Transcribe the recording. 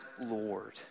Lord